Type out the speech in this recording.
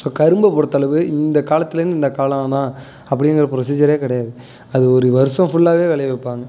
so கரும்பை பொருத்தளவு இந்த காலத்துலேருந்து இந்த காலம் தான் அப்படிங்கிற ப்ரொசீஜரே கிடையாது அது ஒரு வருடம் ஃபுல்லாகவே விளைவிப்பாங்க